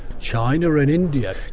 china and india,